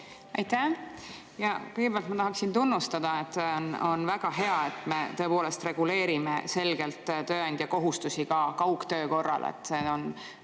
Aitäh! Kõigepealt ma tahaksin tunnustada, et on väga hea, et me tõepoolest reguleerime selgelt tööandja kohustusi ka kaugtöö korral.